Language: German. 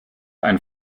einen